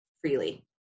freely